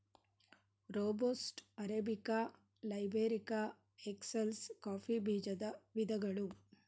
robusta, arabica, liberica, excelsa coffee ಬೀಜದ ವಿಧಗಳು